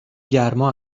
گرما